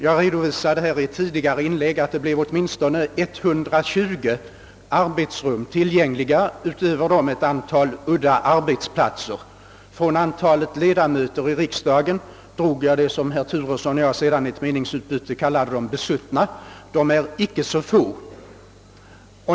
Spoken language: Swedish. Jag redovisade i ett tidigare inlägg att åtminstone 120 arbetsrum och utöver dessa ett antal udda arbetsplatser skulle bli tillgängliga. Från antalet ledamöter i riksdagen drog jag dem som herr Turesson och jag i ett tidigare meningsutbyte kallade »de besuttna», och dessa är icke så få.